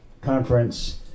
conference